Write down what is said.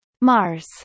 Mars